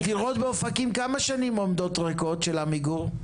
הדירות באופקים כמה שנים עומדות ריקות של עמיגור?